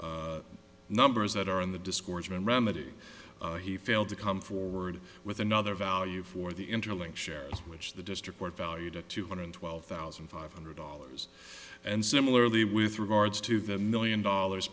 numbers that are in the discourse and remedy he failed to come forward with another value for the interlink shares which the district court valued at two hundred twelve thousand five hundred dollars and similarly with regards to the million dollars